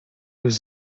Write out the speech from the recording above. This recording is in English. was